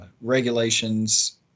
regulations